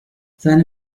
seine